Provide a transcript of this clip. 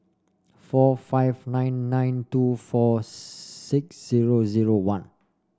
four five nine nine two four six zero zero one